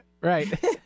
Right